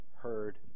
heard